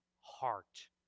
heart